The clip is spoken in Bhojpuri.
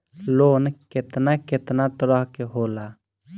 लोन केतना केतना तरह के होला?